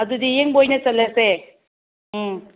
ꯑꯗꯨꯗꯤ ꯌꯦꯡꯕ ꯑꯣꯏꯅ ꯆꯠꯂꯁꯦ ꯎꯝ